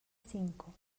cinco